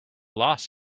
loss